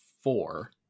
four